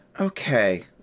Okay